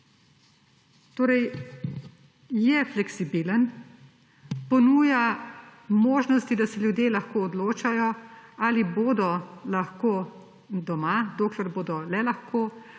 Torej je fleksibilen, ponuja možnosti, da se ljudje lahko odločajo, ali bodo doma, dokler bodo le lahko,